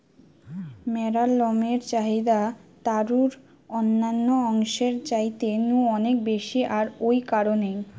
ম্যাড়ার লমের চাহিদা তারুর অন্যান্য অংশের চাইতে নু অনেক বেশি আর ঔ কারণেই